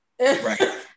right